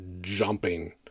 jumping